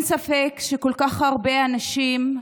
אין ספק שכל כך הרבה אנשים,